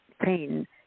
pain